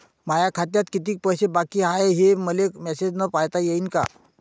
माया खात्यात कितीक पैसे बाकी हाय, हे मले मॅसेजन पायता येईन का?